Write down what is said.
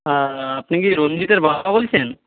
আপনি কি রঞ্জিতের বাবা বলছেন